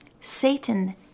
Satan